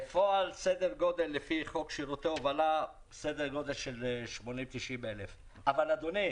מרצים לנושא הובלת מטענים, כמובן יש לנו במכללות.